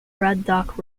braddock